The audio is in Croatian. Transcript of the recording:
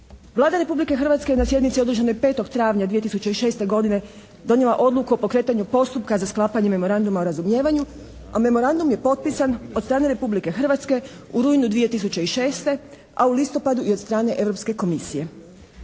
Vlada Republike Hrvatske je na sjednici održanoj 5. travnja 2006. godine donijela odluku o pokretanju postupka za sklapanje memoranduma o razumijevanju, a memorandum je potpisan od strane Republike Hrvatske u rujnu 2006., a u listopadu i od strane Europske komisije.